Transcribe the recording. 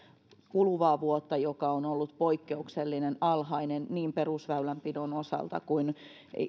kuluvaa vuotta joka on ollut poikkeuksellisen alhainen niin perusväylänpidon osalta kuin